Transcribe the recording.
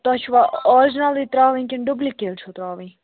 تۄہہِ چھُوا آرجنَلٕے ترٛاوٕنۍ کِنہٕ ڈُبلِکیٹ چھُو ترٛاوٕنۍ